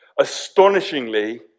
astonishingly